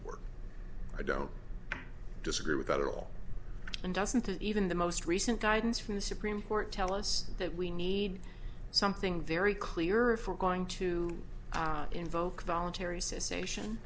i don't disagree with that at all and doesn't even the most recent guidance from the supreme court tell us that we need something very clear if we're going to invoke voluntary cessation